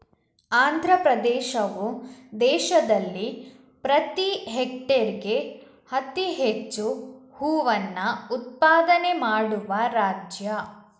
ಆಂಧ್ರಪ್ರದೇಶವು ದೇಶದಲ್ಲಿ ಪ್ರತಿ ಹೆಕ್ಟೇರ್ಗೆ ಅತಿ ಹೆಚ್ಚು ಹೂವನ್ನ ಉತ್ಪಾದನೆ ಮಾಡುವ ರಾಜ್ಯ